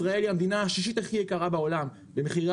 ישראל היא המדינה השישית הכי יקרה בעולם במחירי